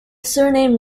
surname